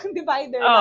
divider